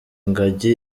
ingagi